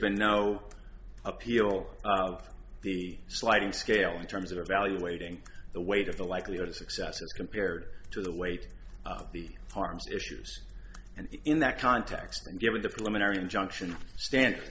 been no appeal of the sliding scale in terms of evaluating the weight of the likelihood of success as compared to the weight of the harms issues and in that context and given the preliminary injunction stan